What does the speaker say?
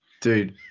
Dude